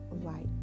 light